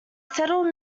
settled